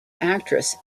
actress